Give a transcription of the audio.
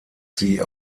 sie